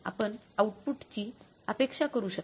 आपण आउटपुटची अपेक्षा करू शकता